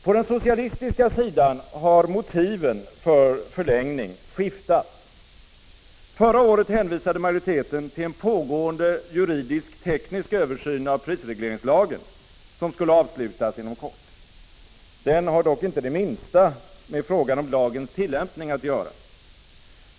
På den socialistiska sidan har motiven för förlängning skiftat. Förra året hänvisade majoriteten till en pågående juridisk-teknisk översyn av prisregleringslagen, som skulle avslutas inom kort. Den har dock inte det minsta med frågan om lagens tillämpning att göra.